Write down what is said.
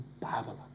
Babylon